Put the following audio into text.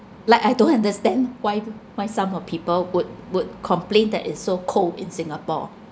like I don't understand why why some of people would would complain that it's so cold in singapore